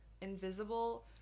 invisible